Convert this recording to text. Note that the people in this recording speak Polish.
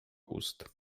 ust